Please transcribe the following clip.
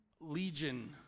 legion